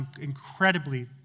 incredibly